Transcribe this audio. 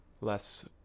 Less